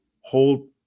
hold